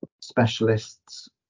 specialists